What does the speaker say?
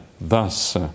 Thus